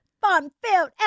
fun-filled